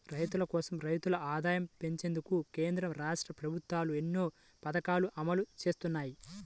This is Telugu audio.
రైతుల కోసం, రైతుల ఆదాయం పెంచేందుకు కేంద్ర, రాష్ట్ర ప్రభుత్వాలు ఎన్నో పథకాలను అమలు చేస్తున్నాయి